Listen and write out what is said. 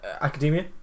academia